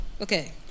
okay